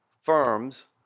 firms